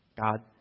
God